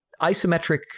isometric